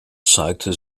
zeigte